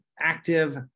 active